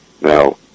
now